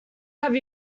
have